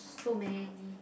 so many